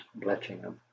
bletchingham